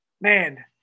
Man